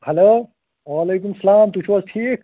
hello وعلیکُم السلام تُہۍ چھو حظ ٹھیٖک